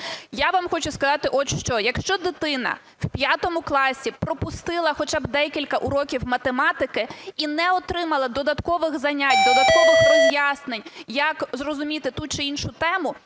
Я вам хочу сказати от що. Якщо дитина в 5 класі пропустила хоча б декілька уроків математики і не отримала додаткових занять, додаткових роз'яснень, як зрозуміти ту чи іншу тему,